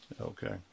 Okay